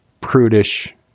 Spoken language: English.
prudish